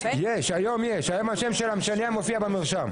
היום יש, היום השם של המשנע מופיע במרשם.